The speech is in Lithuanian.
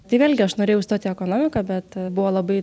tai vėlgi aš norėjau stot į ekonomiką bet buvo labai